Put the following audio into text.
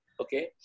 Okay